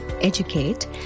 educate